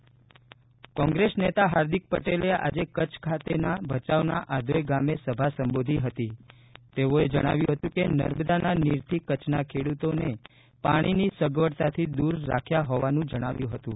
હાર્દિક પટેલ કોંગ્રેસ નેતા હાર્દિક પટેલે આજે કચ્છ ખાતેના ભચાઉના આઘોઇ ગામે સભા સંબોધી હતી તેઓએ જણાવ્યું હતું કે નર્મદાના નિરથી કચ્છના ખેડૂતોને પાણીની સગવડતાથી દૂર રાખ્યા હોવાનું જણાવ્યું હતું